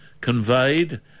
conveyed